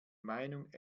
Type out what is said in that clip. meinung